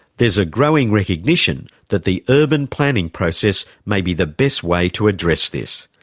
there's a growing recognition that the urban planning process may be the best way to address this.